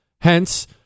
Hence